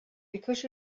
because